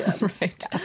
right